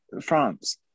France